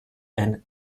and